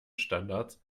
standards